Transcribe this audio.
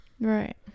Right